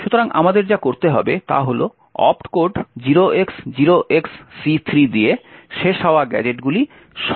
সুতরাং আমাদের যা করতে হবে তা হল অপ্ট কোড 0x0XC3 দিয়ে শেষ হওয়া গ্যাজেটগুলি সনাক্ত করা